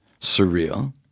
surreal